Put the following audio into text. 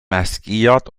maskiert